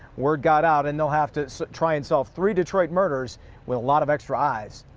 word got out and they'll have to try and solve three detroit murders with a lot of extra eyes.